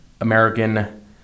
American